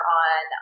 on